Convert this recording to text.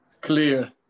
clear